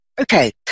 Okay